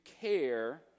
care